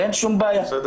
אין שום בעיה, בסדר